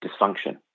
dysfunction